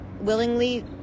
willingly